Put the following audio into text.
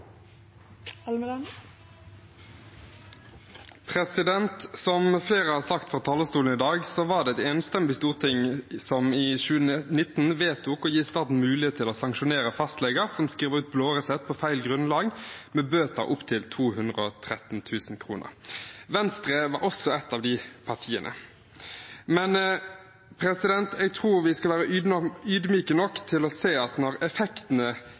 Som flere har sagt fra talerstolen i dag, var det et enstemmig storting som i 2019 vedtok å gi staten mulighet til å sanksjonere fastleger som skriver ut blå resept på feil grunnlag, med bøter opp til 213 000 kr. Venstre var også et av de partiene. Men jeg tror vi skal være ydmyke nok til å se at når effektene